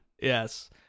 Yes